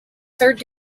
third